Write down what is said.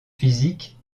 physique